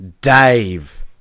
Dave